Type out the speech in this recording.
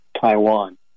Taiwan